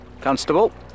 Constable